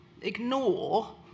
ignore